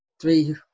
three